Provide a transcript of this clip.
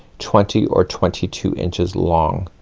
twenty or twenty two inches long.